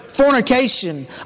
fornication